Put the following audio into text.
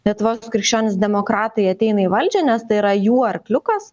lietuvos krikščionys demokratai ateina į valdžią nes tai yra jų arkliukas